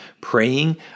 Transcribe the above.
praying